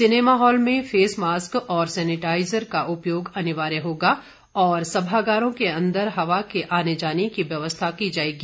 cinema hall में face mask और sanitiser का उपयोग अनिवार्य होगा और सभागारों के अंदर हवा के आने जाने की व्यवस्था की जाएगी